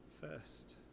first